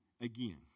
again